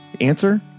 Answer